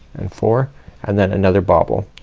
and four and then another bobble.